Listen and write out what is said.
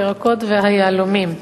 הירקות והיהלומים.